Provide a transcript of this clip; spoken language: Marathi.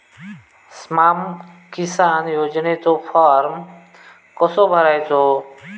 स्माम किसान योजनेचो फॉर्म कसो भरायचो?